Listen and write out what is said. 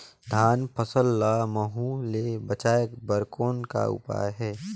धान फसल ल महू ले बचाय बर कौन का उपाय हे?